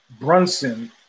Brunson